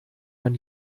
man